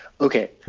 Okay